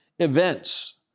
events